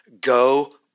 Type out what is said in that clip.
go